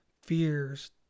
fears